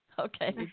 Okay